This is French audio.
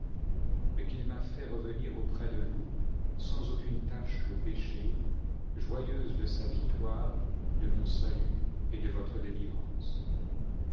mais qu'il m'a fait revenir auprès de vous sans aucune tache de péché joyeuse de sa victoire de mon salut et de votre délivrance